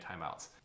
timeouts